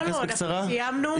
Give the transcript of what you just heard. לא, אנחנו סיימנו.